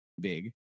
big